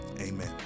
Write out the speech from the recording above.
Amen